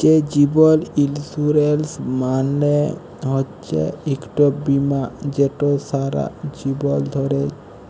যে জীবল ইলসুরেলস মালে হচ্যে ইকট বিমা যেট ছারা জীবল ধ্যরে